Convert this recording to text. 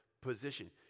position